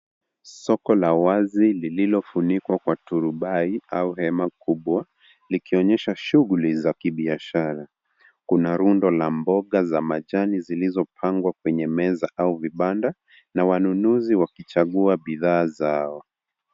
Soko la wazi lililofunikwa kwa turubai, au hema kubwa, likionyesha shughuli za kibiashara. Kuna rundo la mboga za majani zilizopangwa kwenye meza au vibanda, na wanunuzi wakichagua bidhaa zao.